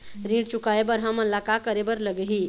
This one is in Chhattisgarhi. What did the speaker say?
ऋण चुकाए बर हमन ला का करे बर लगही?